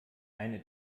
eine